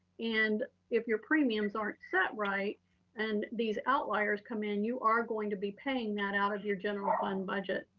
and if your premiums aren't set right and these outliers come in, you are going to be paying that out of your general fund budget.